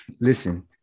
Listen